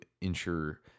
ensure